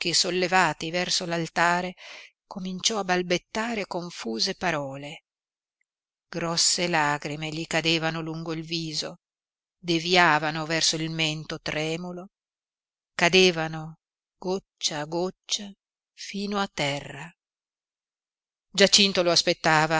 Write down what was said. sollevati verso l'altare cominciò a balbettare confuse parole grosse lagrime gli cadevano lungo il viso deviavano verso il mento tremulo cadevano goccia a goccia fino a terra giacinto lo aspettava